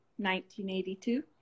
1982